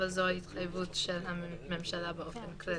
אבל זו ההתחייבות של הממשלה באופן כללי.